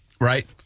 Right